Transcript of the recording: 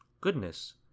Goodness